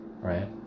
right